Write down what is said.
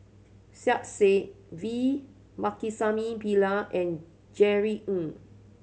Saiedah Said V Pakirisamy Pillai and Jerry Ng